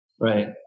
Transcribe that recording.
Right